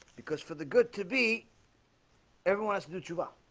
because for the good to be everyone else new to